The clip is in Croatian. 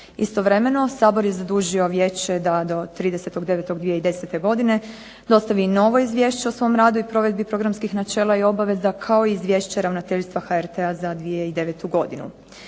Istovremeno Sabor je zadužio vijeće da do 30. 9. 2010. godine dostavi novo izvješće o svom radu i provedbi programskih načela i obaveza kao i izvješće ravnateljstva HRT-a za 2009. godinu,